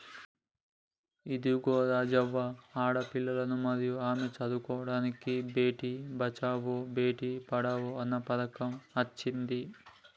ఇదిగో రాజవ్వ ఆడపిల్లలను మరియు ఆమె చదువుకోడానికి బేటి బచావో బేటి పడావో అన్న పథకం అచ్చింది